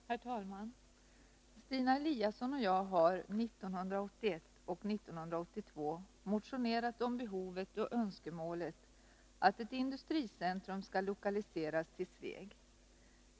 Herr talman! Stina Eliasson och jag har 1981 och 1982 motionerat om behovet av och önskemålet om att ett industricentrum skall lokaliseras till Sveg.